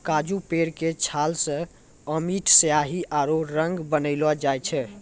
काजू पेड़ के छाल सॅ अमिट स्याही आरो रंग बनैलो जाय छै